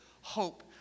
hope